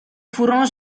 furono